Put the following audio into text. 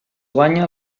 guanya